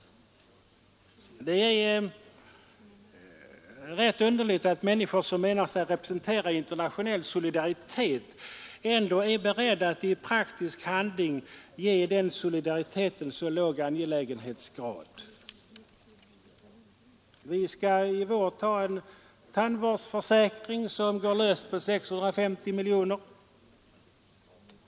Det är ganska underligt att människor som menar sig representera internationell solidaritet ändå är beredda att i praktisk handling ge den solidariteten så låg angelägenhetsgrad. Vi skall i vår anta en tandvårdsförsäkring som kommer att kosta 650 miljoner kronor.